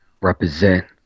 Represent